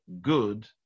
good